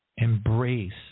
embrace